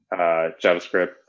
JavaScript